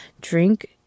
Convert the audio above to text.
drink